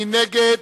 מי נגד?